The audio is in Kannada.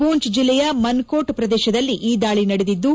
ಪೂಂಚ್ ಜಿಲ್ಲೆಯ ಮನ್ಕೋಟ್ ಪ್ರದೇಶದಲ್ಲಿ ಈ ದಾಳಿ ನಡೆದಿದ್ದು